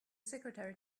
secretary